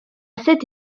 cette